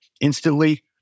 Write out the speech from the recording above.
instantly